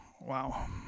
Wow